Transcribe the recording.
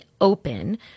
open